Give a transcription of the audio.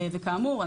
וכאמור,